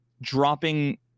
dropping